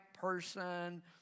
person